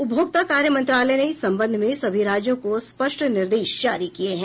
उपभोक्ता कार्य मंत्रालय ने इस संबंध में सभी राज्यों को स्पष्ट निर्देश जारी किए हैं